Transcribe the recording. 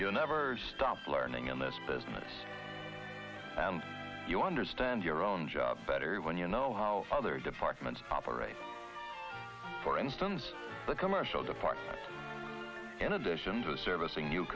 you never stop learning in this business and you'll understand your own job better when you know how other departments operate for instance the commercial the fact in addition to servicing new